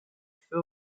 feu